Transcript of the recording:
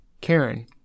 Karen